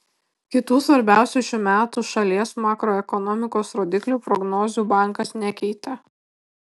kitų svarbiausių šių metų šalies makroekonomikos rodiklių prognozių bankas nekeitė